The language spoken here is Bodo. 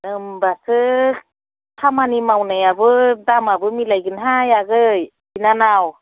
होमब्लासो खामानि मावनायाबो दामाबो मिलायगोनहाय आगै बिनानाव